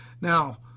Now